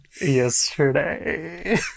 Yesterday